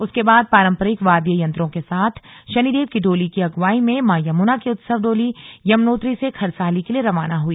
उसके बाद पारंपरिक वाद्य यंत्रों के साथ शनिदेव की डोली की अगुवाई में मां यमुना की उत्सव डोली यमुनोत्री से खरसाली के लिए रवाना हुई